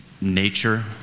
nature